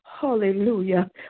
Hallelujah